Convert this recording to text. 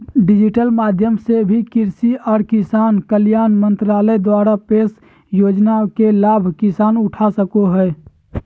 digital माध्यम से भी कृषि आर किसान कल्याण मंत्रालय द्वारा पेश योजना के लाभ किसान उठा सको हय